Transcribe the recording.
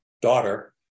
daughter